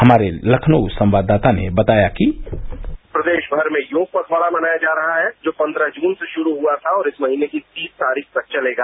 हमारे लखनऊ संवाददाता ने बताया कि प्रदेश भर में योग पखवाड़ा मनाया जा रहा है जो पंद्रह जून से शुरू हुआ था और इस महीने की तीस तारीख तक चलेगा